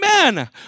Amen